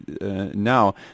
now